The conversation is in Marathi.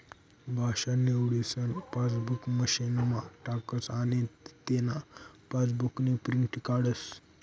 भाषा निवडीसन पासबुक मशीनमा टाकस आनी तेना पासबुकनी प्रिंट काढस